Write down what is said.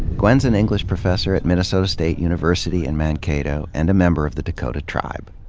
gwen's an english professor at minnesota state university in mankato and a member of the dakota tribe.